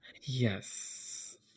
Yes